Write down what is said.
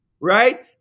right